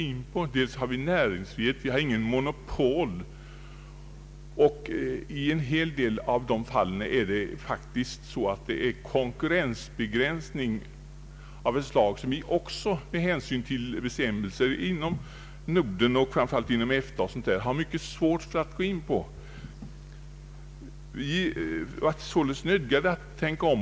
Det råder ju i vårt land näringsfrihet och det finns inte något monopol, men i en hel del av anförda fall gäller konkurrensbegränsning av ett slag som vi med hänsyn till gällande bestämmelser inom Norden och framför allt inom EFTA har svårt att gå in på. Vi var således nödgade att tänka om.